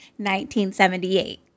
1978